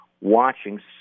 watching